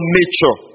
nature